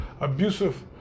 abusive